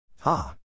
Ha